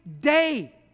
day